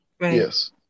Yes